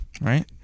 right